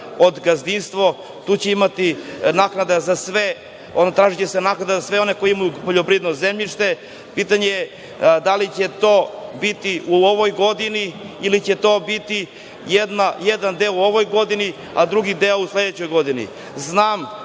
po gazdinstvu. Tu će se tražiti naknada za sve one koji imaju poljoprivredno zemljište. Pitanje je – da li će to biti u ovoj godini ili će to biti jedan deo u ovoj godini, a drugi deo u sledećoj godini? Znam